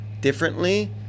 differently